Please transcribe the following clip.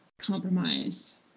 compromise